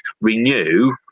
renew